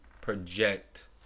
project